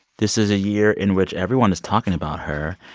this is a year in which everyone is talking about her.